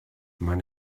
man